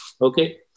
okay